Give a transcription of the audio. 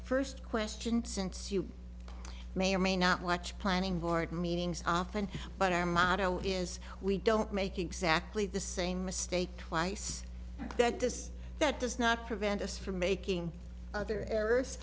first question since you may or may not watch planning board meetings often but our motto is we don't make exactly the same mistake twice that does that does not prevent us from making other e